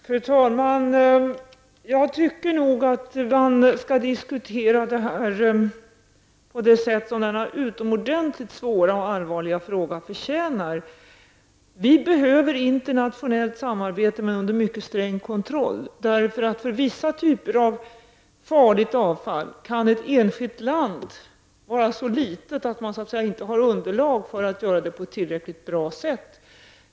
Fru talman! Jag tycker nog att man skall diskutera detta på det sätt som denna utomordentligt svåra och allvarliga fråga förtjänar. Vi behöver internationellt samarbete, men under mycket sträng kontroll. För vissa typer av farligt avfall kan ett enskilt land vara för litet för att ämnena där skall kunna hanteras på ett tillräckligt bra sätt.